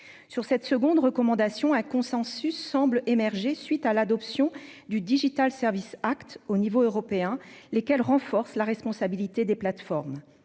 sur cette seconde recommandation un consensus semble émerger suite à l'adoption du Digital Services Act au niveau européen. Lesquels renforce la responsabilité des plateformes